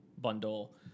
bundle